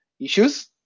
issues